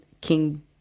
King